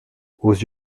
aux